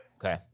Okay